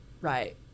Right